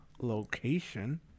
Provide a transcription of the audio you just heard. location